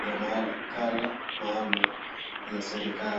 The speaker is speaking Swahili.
ya makala maalum ya serikali.